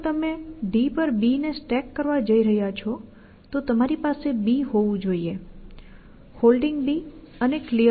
જો તમે D પર B ને સ્ટેક કરવા જઈ રહ્યા છો તો તમારી પાસે B હોવું જોઇએ Holding અને Clear હોવું જોઈએ